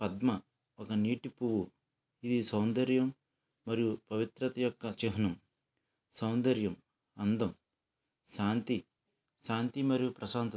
పద్మ ఒక నీటి పువ్వు ఇది సౌందర్యం మరియు పవిత్రత యొక్క చిహ్నం సౌందర్యం అందం శాంతి శాంతి మరియు ప్రశాంతత